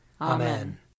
Amen